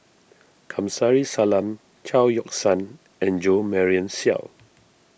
Kamsari Salam Chao Yoke San and Jo Marion Seow